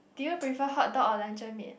do you prefer hotdog or luncheon meat